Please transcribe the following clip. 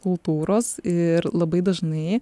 kultūros ir labai dažnai